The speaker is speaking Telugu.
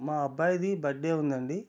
మా అబ్బాయిది బర్త్డే ఉంది అండి